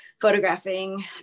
photographing